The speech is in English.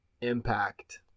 Impact